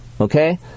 Okay